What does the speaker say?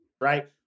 Right